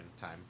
time